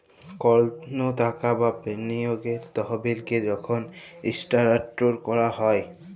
call টাকা বা বিলিয়গের তহবিলকে যখল ইস্থালাল্তর ক্যরা হ্যয়